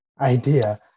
idea